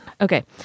Okay